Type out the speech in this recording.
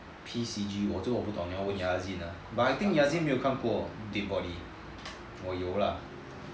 P_C_G 这个我不懂你要问 yazzin leh but I think yazzin 没有看过 dead body 我有 lah